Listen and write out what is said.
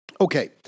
Okay